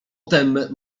tem